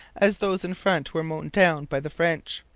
as those in front were mown down by the french.